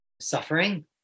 suffering